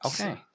Okay